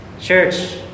Church